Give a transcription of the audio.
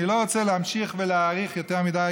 אני לא רוצה להמשיך ולהאריך יותר מדי,